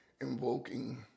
invoking